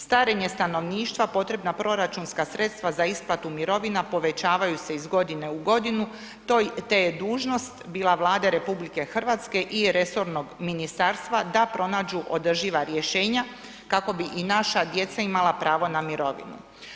Starenje stanovništva, posebna proračunska sredstva za isplatu mirovina, povećavaju se iz godine u godinu te je dužnost bila Vlade RH i resornog ministarstva da pronađu održiva rješenja kako bi i naša djeca imala pravo na mirovinu.